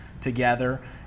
together